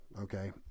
Okay